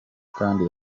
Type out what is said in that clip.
kandi